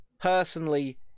personally